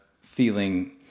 feeling